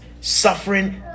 suffering